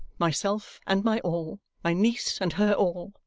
myself and my all, my niece and her all,